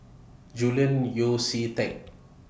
Julian Yeo See Teck